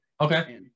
Okay